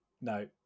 No